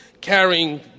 carrying